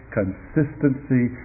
consistency